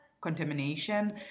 contamination